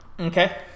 Okay